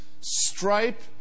Stripe